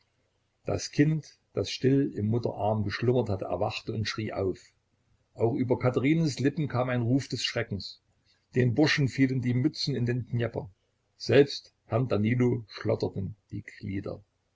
das kind das still im mutterarm geschlummert hatte erwachte und schrie auf auch über katherinens lippen kam ein ruf des schreckens den burschen fielen die mützen in den dnjepr selbst herrn danilo schlotterten die glieder